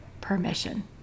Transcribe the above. permission